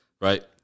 right